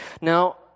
Now